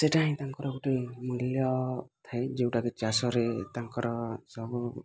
ସେଟା ହିଁ ତାଙ୍କର ଗୋଟେ ମୂଲ୍ୟ ଥାଏ ଯେଉଁଟା କି ଚାଷରେ ତାଙ୍କର ସବୁ